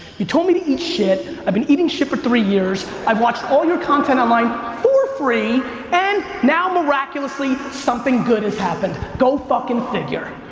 you told me to eat shit. i've been eating shit for three years. i've watched all your content online for free and now, miraculously, something good has happened. go fuckin' figure.